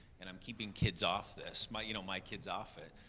and i'm keeping kids off this, my, you know, my kids off it.